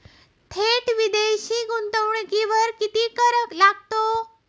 थेट विदेशी गुंतवणुकीवर किती कर लागतो?